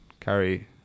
carry